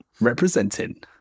Representing